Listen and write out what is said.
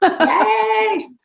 Yay